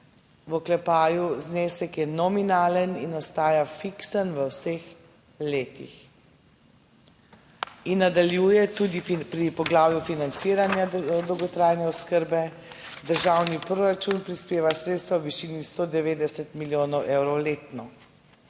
letno (znesek je nominalen in ostaja fiksen v vseh letih)." In nadaljuje: "Tudi pri poglavju financiranja dolgotrajne oskrbe državni proračun prispeva sredstva v višini 190 milijonov evrov letno."